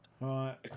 Right